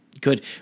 good